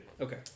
Okay